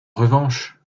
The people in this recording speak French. revanche